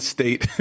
State